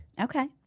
Okay